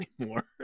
anymore